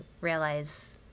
realize